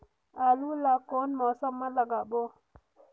आलू ला कोन मौसम मा लगाबो?